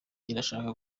irashaka